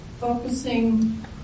focusing